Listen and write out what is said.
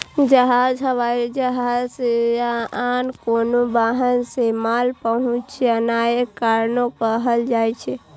जहाज, हवाई जहाज या आन कोनो वाहन सं माल पहुंचेनाय कार्गो कहल जाइ छै